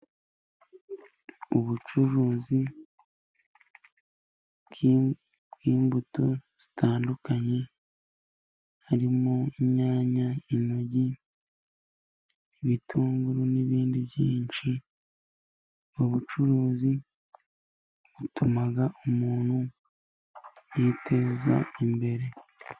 Ubucuruzi bw'imbuto zitandukanye, harimo inyanya, intoryi, ibitunguru nibindi byinshi, ubucuruzi butuma umuntu yiteza imbere.